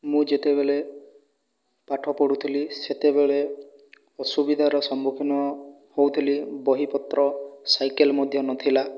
ମୁଁ ଯେତେବେଳେ ପାଠ ପଢ଼ୁଥିଲି ସେତେବେଳେ ଅସୁବିଧାର ସମ୍ମୁଖୀନ ହେଉଥିଲି ବହିପତ୍ର ସାଇକେଲ ମଧ୍ୟ ନଥିଲା